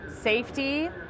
Safety